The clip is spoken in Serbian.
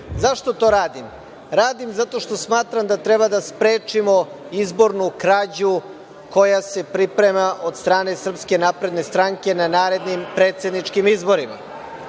to radim? Radim zato što smatram da treba da sprečimo izbornu krađu koja se priprema od strane SNS na narednim predsedničkim izborima.